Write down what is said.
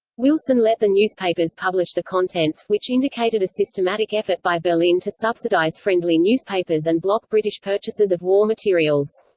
wilson let the newspapers publish the contents, which indicated a systematic effort by berlin to subsidize friendly newspapers and block british purchases of war materials.